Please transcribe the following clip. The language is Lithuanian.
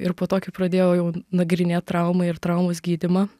ir po to kai pradėjau jau nagrinėt traumą ir traumos gydymą